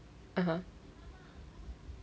(uh huh)